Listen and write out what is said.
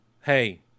hey